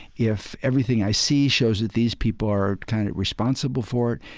if everything i see shows that these people are kind of responsible for it,